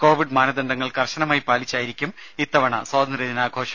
Covid മാനദണ്ഡങ്ങൾ കർശനമായി പാലിച്ചായിരിക്കും ഇത്തവണ സ്വാതന്ത്ര്യ ദിനാഘോഷം